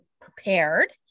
prepared